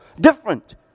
different